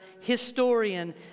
historian